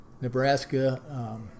Nebraska